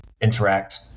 interact